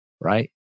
right